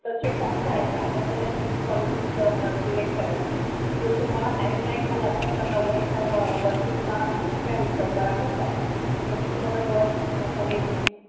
त्याचे फॉर्म भरायचे आपण त्याच्यात तीन कॉलेजेस सिलेक्ट करायचे जर तुम्हाला हायर रँक आला समजा नव्वदच्या व वरती तुम्हाला मार्क्स मिळाले शंभरापेक्षा तर तुम्हाला गव्हर्मेंट लॉ कॉलेज